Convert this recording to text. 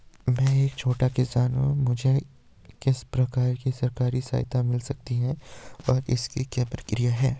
मैं एक छोटा किसान हूँ मुझे किस प्रकार की सरकारी सहायता मिल सकती है और इसकी क्या प्रक्रिया है?